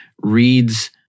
reads